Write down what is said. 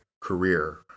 career